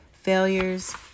failures